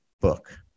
book